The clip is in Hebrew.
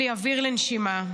בלי אוויר לנשימה.